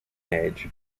age